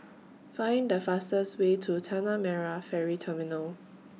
Find The fastest Way to Tanah Merah Ferry Terminal